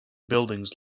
buildings